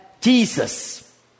Jesus